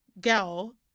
girl